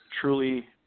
truly –